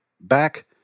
back